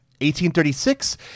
1836